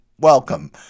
welcome